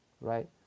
right